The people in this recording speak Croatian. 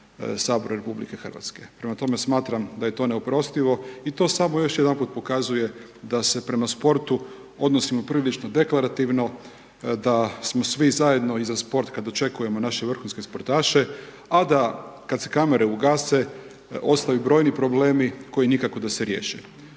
Sabor RH, prema tome, smatram da je to neoprostivo i to samo još jedanput pokazuje da se prema sportu odnosimo prilično deklarativno, da smo svi zajedno i za sport kad očekujemo naše vrhunske sportaše, a da, kad se kamere ugase, ostaju brojni problemi koji nikako da se riješe.